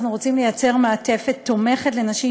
אנחנו רוצים ליצור מעטפת תומכת לנשים